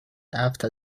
after